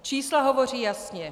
Čísla hovoří jasně.